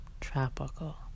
Tropical